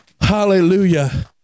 Hallelujah